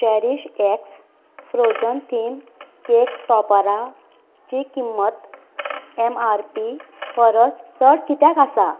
cherished x frozen theme cake topper ची किंमत M R P परस चड कित्याक आसा